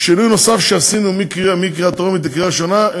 שינוי נוסף שעשינו מהקריאה הטרומית לקריאה הראשונה,